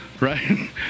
right